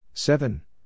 Seven